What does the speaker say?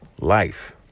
life